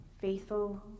faithful